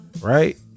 Right